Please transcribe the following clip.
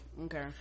okay